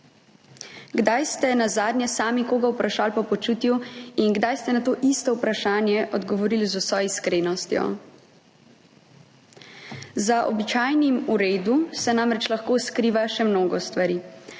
Kdaj ste nazadnje sami koga vprašali po počutju in kdaj ste na to isto vprašanje odgovorili z vso iskrenostjo? Za običajnim v redu se namreč lahko skriva še mnogo stvari.